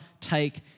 take